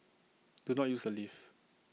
do not use the lift